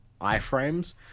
iframes